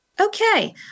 Okay